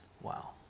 Wow